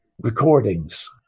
recordings